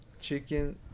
chicken